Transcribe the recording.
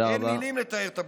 אין מילים לתאר את הבושה.